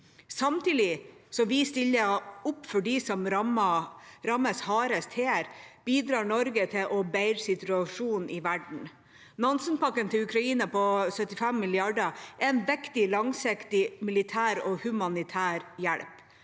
som vi stiller opp for dem som rammes hardest her, bidrar Norge til å bedre situasjonen i verden. Nansen-pakken til Ukraina på 75 mrd. kr er en viktig langsiktig militær og humanitær hjelp.